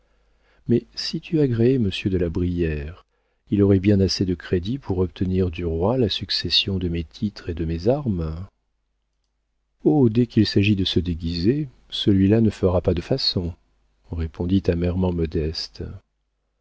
mais si tu agréais monsieur de la brière il aurait bien assez de crédit pour obtenir du roi la succession de mes titres et de mes armes oh dès qu'il s'agit de se déguiser celui-là ne fera pas de façons répondit amèrement modeste